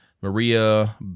Maria